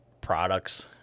products